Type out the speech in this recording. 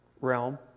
realm